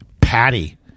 Patty